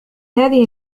هذه